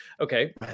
Okay